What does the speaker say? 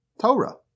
Torah